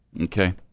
Okay